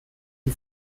die